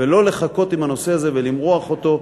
ולא לחכות עם הנושא הזה ולמרוח אותו.